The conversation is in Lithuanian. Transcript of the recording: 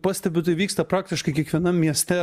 pastebiu tai vyksta praktiškai kiekvienam mieste